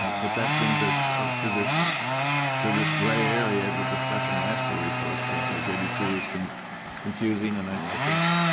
ah but that brings us to this to this gray area that the special master refers to on page eighty two as confusing. and i think,